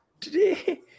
today